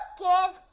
give